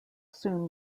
soon